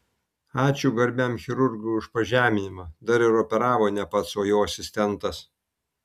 ačiū garbiam chirurgui už pažeminimą dar ir operavo ne pats o jo asistentas